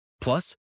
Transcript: Plus